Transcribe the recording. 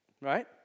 right